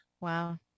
Wow